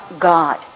God